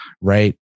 right